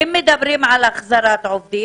אם מדברים על החזרת עובדים,